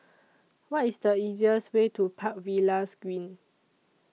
What IS The easiest Way to Park Villas Green